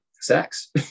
sex